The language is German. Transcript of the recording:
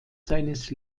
seines